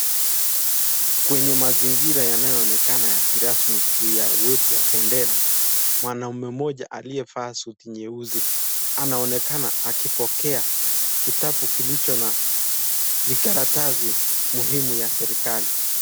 Kwenye mazingira yanayoonekana ya kirasmi juu ya uwepo wa bendera, mwanaume moja aliyevaa suti nyeusi. Anaonekana akipokea kitabu kilicho na vikaratasi muhimu ya serikali.